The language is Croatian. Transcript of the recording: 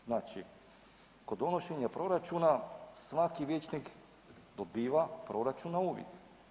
Znači, kod donošenja proračuna svaki vijećnik dobiva proračun na uvid.